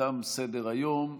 תם סדר-היום.